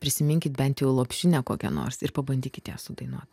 prisiminkit bent jau lopšinę kokią nors ir pabandykit ją sudainuot